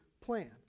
plan